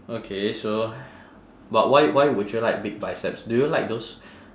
okay so but why why would you like big biceps do you like those